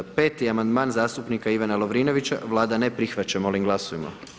Peti amandman zastupnika Ivana Lovrinovića Vlada ne prihvaća, molim glasujmo.